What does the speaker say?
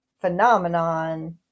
phenomenon